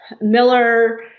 Miller